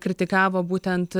kritikavo būtent